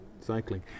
cycling